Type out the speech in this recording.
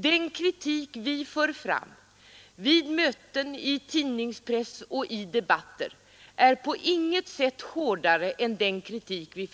Den kritik vi för fram vid möten, i pressen och i debatter är på inget sätt hårdare än den kritik vi